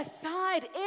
aside